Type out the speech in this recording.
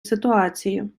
ситуації